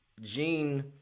gene